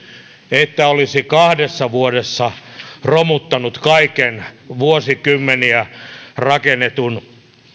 että olisi kahdessa vuodessa romuttanut kaiken vuosikymmeniä rakennetun